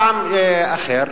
טעם אחר,